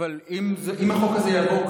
החוק הזה עבר?